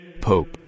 Pope